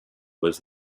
was